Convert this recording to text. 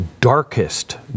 darkest